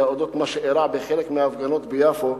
על-אודות מה שאירע בחלק מההפגנות ביפו,